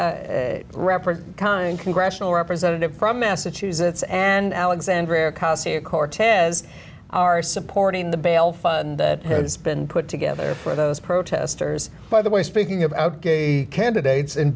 represent time congressional representative from massachusetts and alexandria casa cortez are supporting the bail fund that has been put together for those protesters by the way speaking about a candidate's in